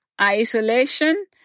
isolation